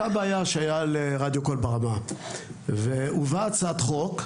אותה בעיה שהיתה לרדיו קול ברמה והובאה הצעת חוק,